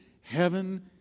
heaven